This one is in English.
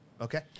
okay